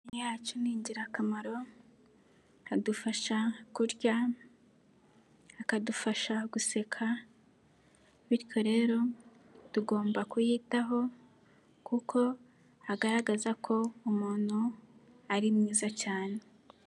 Yacu ni ingirakamaro adufasha kurya, akadufasha guseka bityo rero tugomba kuyitaho kuko agaragaza ko umuntu ari mwiza cyane.